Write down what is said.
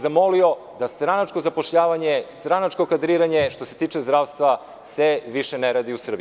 Zamolio bih da se stranačko zapošljavanje, stranačko kadriranje, što se tiče zdravstva, više ne radi u Srbiji.